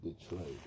Detroit